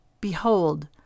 Behold